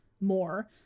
more